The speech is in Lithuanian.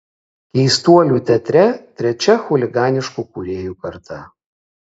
keistuolių teatre trečia chuliganiškų kūrėjų karta